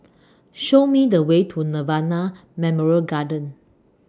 Show Me The Way to Nirvana Memorial Garden